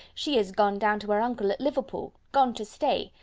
she is gone down to her uncle at liverpool gone to stay.